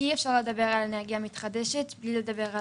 אי אפשר לדבר על אנרגיה מתחדשת בלי לדבר על